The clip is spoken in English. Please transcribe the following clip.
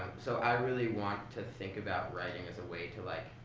so i really want to think about writing as a way to, like,